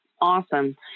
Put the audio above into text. awesome